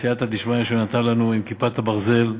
בסייעתא דשמיא, הוא נתן לנו "כיפת ברזל",